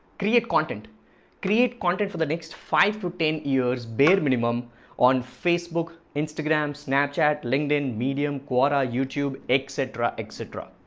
create content create content for the next five to ten years bare minimum on facebook instagram snapchat linkedin medium kawara youtube, etc, etc.